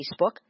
Facebook